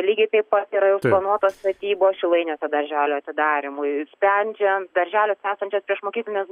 lygiai taip pat yra jau palnuotos statybos šilainiuose darželio atidarymui sprendžiant darželiuose esančias priešmokyklines